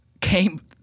came –